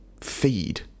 feed